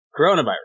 Coronavirus